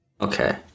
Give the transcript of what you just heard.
Okay